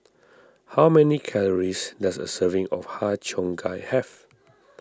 how many calories does a serving of Har Cheong Gai have